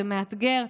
זה מאתגר,